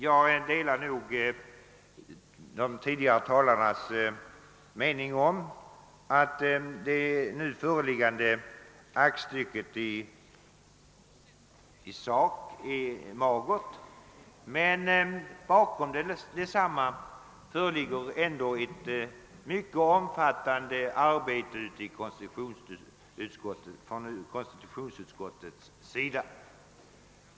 Jag delar de tidigare talarnas mening om att det nu föreliggande aktstycket i sak är ganska magert, men bakom detsamma ligger ändå ett mycket omfattande arbete från konstitutionsutskottets sida.